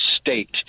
state